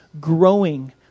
growing